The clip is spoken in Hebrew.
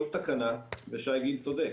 כל תקנה, ושי גיל צודק,